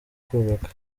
kubaka